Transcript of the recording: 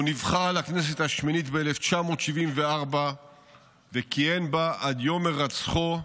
הוא נבחר לכנסת השמינית ב-1974 וכיהן בה עד יום הירצחו.